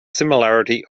similarity